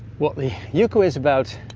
what the uco is about.